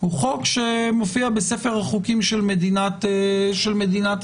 הוא חוק שמופיע בספר החוקים של מדינת ישראל.